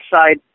side